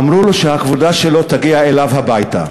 אמרו לו שהכבודה שלו תגיע אליו הביתה.